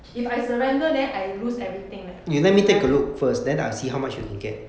if I surrender then I lose anything leh right